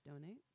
donate